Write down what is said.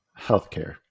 healthcare